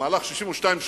במהלך 62 שנים,